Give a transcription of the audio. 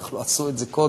"איך לא עשו את זה קודם?"